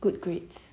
good grades